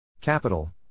Capital